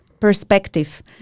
perspective